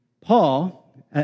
Paul